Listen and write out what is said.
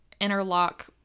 interlock